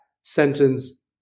sentence